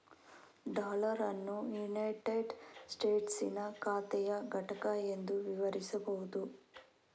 dollar ಅನ್ನು united ಸ್ಟೇಟಸ್ಸಿನ ಖಾತೆಯ ಘಟಕ ಎಂದು ವಿವರಿಸಬಹುದು